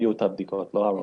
לא הרוב.